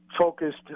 focused